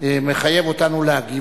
מחייב אותנו להגיב,